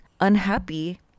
unhappy